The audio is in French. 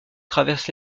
traverse